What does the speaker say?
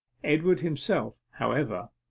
edward himself, however,